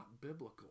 biblical